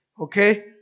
Okay